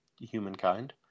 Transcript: humankind